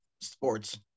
sports